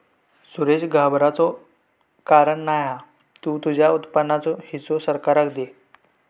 सुरेश घाबराचा कारण नाय हा तु तुझ्या उत्पन्नाचो हिस्सो सरकाराक दे